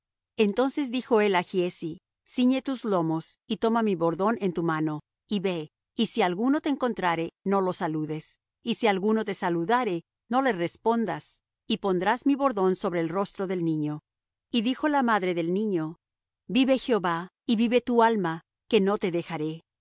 entonces dijo él á giezi ciñe tus lomos y toma mi bordón en tu mano y ve y si alguno te encontrare no lo saludes y si alguno te saludare no le respondas y pondrás mi bordón sobre el rostro del niño y dijo la madre del niño vive jehová y vive tu alma que no te dejaré